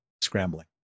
scrambling